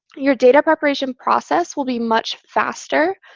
your data preparation process will be much faster.